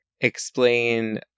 explain